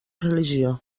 religió